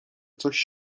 coś